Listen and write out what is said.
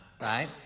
right